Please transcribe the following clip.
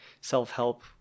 self-help